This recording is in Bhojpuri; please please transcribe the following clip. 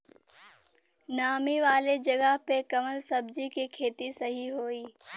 नामी वाले जगह पे कवन सब्जी के खेती सही होई?